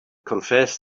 confessed